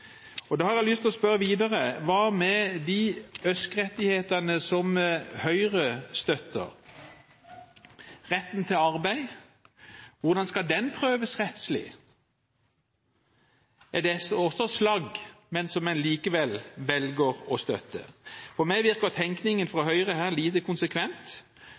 ønsker. Da har jeg lyst til å spørre videre: Hva med de ØSK-rettighetene som Høyre støtter? Retten til arbeid, hvordan skal den prøves rettslig? Er det også «slagg», men som en likevel velger å støtte. På meg virker tenkningen fra Høyre lite konsekvent.